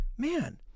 man